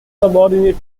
subordinate